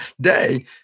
day